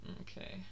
Okay